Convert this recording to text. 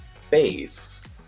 face